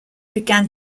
began